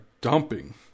dumping